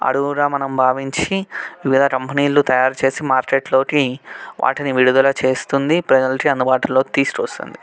అడుగుగా మనం భావించి వివిధ కంపెనీలు తయారు చేసి మార్కెట్లోకి వాటిని విడుదల చేస్తుంది ప్రజలకి అందుబాటులోకి తీసుకొస్తుంది